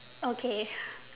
okay